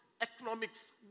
economics